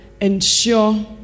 ensure